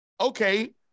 okay